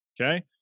Okay